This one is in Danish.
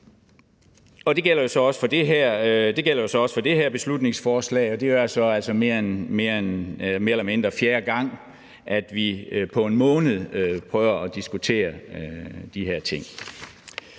Det gælder så også for det her beslutningsforslag, og det er jo så altså mere eller mindre fjerde gang, at vi på en måned prøver at diskutere de her ting.